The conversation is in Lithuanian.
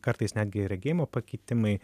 kartais netgi regėjimo pakitimai